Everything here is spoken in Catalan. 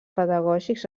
pedagògics